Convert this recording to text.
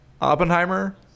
Oppenheimer